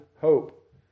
hope